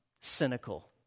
cynical